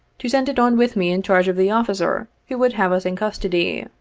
to send it on with me in charge of the officer who would have us in custody.